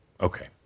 Okay